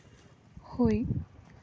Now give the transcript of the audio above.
ᱦᱳᱭ